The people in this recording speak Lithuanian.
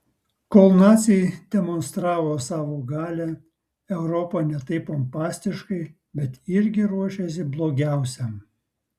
kol naciai demonstravo savo galią europa ne taip pompastiškai bet irgi ruošėsi blogiausiam